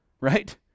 right